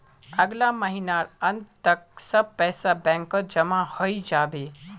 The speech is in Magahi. अगला महीनार अंत तक सब पैसा बैंकत जमा हइ जा बे